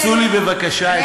אפסו לי את השעון, בבקשה.